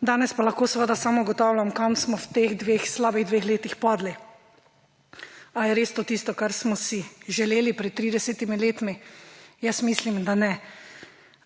danes pa lahko seveda samo ugotavljam, kam smo v teh slabih dveh letih padli. Ali je res to tisto, kar smo si želeli pred 30 leti? Jaz mislim, da ne.